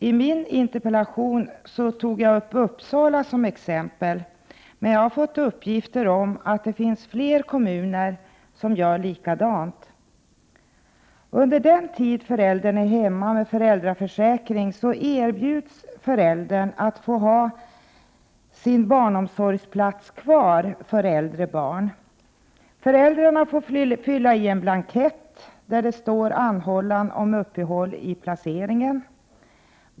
I min interpellation tog jag Uppsala som exempel, men jag har fått uppgifter om att det är fler kommuner som gör likadant. Under den tid en förälder är hemma med föräldraförsäkring erbjuds föräldern att ha sin barnomsorgsplats kvar för äldre barn. Föräldern får fylla i en blankett med anhållan om uppehåll i placeringen.